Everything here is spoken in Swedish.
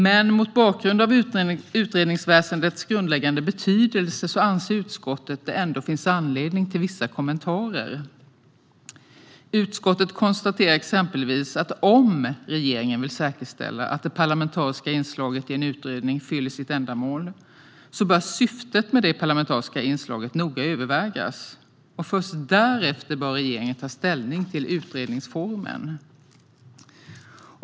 Men mot bakgrund av utredningsväsendets grundläggande betydelse anser utskottet att det ändå finns anledning till vissa kommentarer. Utskottet konstaterar exempelvis att om regeringen vill säkerställa att det parlamentariska inslaget i en utredning fyller sitt ändamål bör syftet med det parlamentariska inslaget noga övervägas, och först därefter bör regeringen ta ställning till utredningsformen.